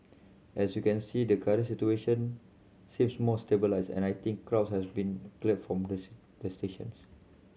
as you can see the current situation seems more stabilised and I think crowds has been cleared from the the stations